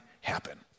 happen